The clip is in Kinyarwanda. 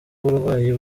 uburwayi